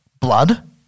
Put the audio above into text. blood